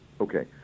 Okay